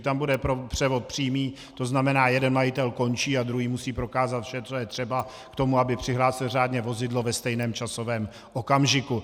Tam bude převod přímý, to znamená jeden majitel končí a druhý musí prokázat vše, co je třeba k tomu, aby přihlásil řádně vozidlo ve stejném časovém okamžiku.